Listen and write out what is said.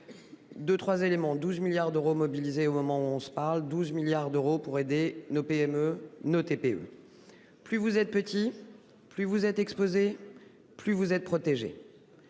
De 3 éléments. 12 milliards d'euros mobilisé au moment où on se parle 12 milliards d'euros pour aider nos PME nos TPE. Plus vous êtes petits. Plus vous êtes exposé. Plus vous êtes protégés.